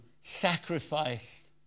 sacrificed